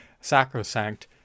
sacrosanct